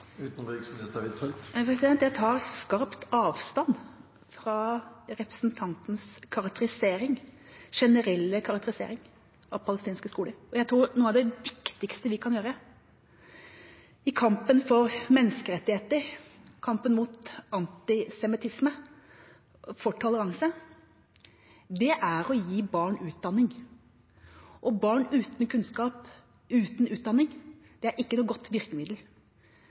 Jeg tar skarpt avstand fra representantens generelle karakterisering av palestinske skoler. Jeg tror noe av det viktigste vi kan gjøre i kampen for menneskerettigheter, i kampen mot antisemittisme og for toleranse, er å gi barn utdanning. Barn uten kunnskap og utdanning er ikke noe godt virkemiddel